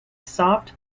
soft